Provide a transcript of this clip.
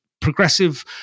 progressive